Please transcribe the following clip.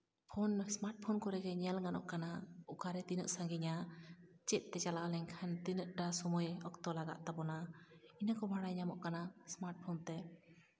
phone smart phone ᱠᱚᱨᱮᱜᱮ ᱧᱮᱞ ᱜᱟᱱᱚᱜ ᱠᱟᱱᱟ ᱚᱠᱟᱨᱮ ᱛᱤᱱᱟᱹᱜ ᱥᱟᱺᱜᱤᱧᱟ ᱪᱮᱫ ᱛᱮ ᱪᱟᱞᱟᱣ ᱞᱮᱱᱠᱷᱟᱱ ᱛᱤᱱᱟᱹᱜᱴᱟ ᱥᱚᱢᱚᱭ ᱚᱠᱛᱚ ᱞᱟᱜᱟᱜ ᱛᱟᱵᱚᱱᱟ ᱤᱱᱟᱹ ᱠᱚ ᱵᱟᱲᱟᱭ ᱧᱟᱢᱚᱜ ᱠᱟᱱᱟ ᱥᱢᱟᱨᱴ ᱯᱷᱳᱱᱛᱮ